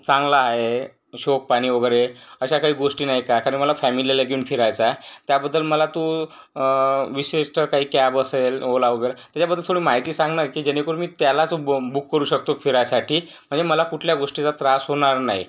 चांगला हाय हिशोब पाणी वगैरे अशा काही गोष्टी नाही का तर मला फॅमिलीला घेऊन फिरायचा त्याबद्दल जर मला तू विशिष्ट काही कॅब असेल ओला वगैरे त्याचा बद्दल थोडं माहिती सांग ना की जेणेकरून मी त्याला बूम बुक करू शकतो फिरायसाठी म्हणजे मला कुठल्या गोष्टीचा त्रास होणार नाही